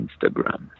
Instagram